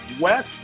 West